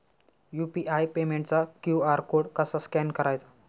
UPI पेमेंटचा QR code कसा scan करायचा?